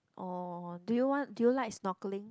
oh do you want do you like snorkeling